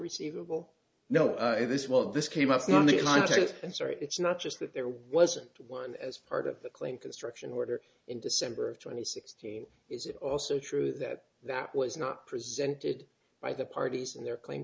receivable know this well this came up on the line and sorry it's not just that there wasn't one as part of the claim construction order in december of twenty sixteen is it also true that that was not presented by the parties in their clean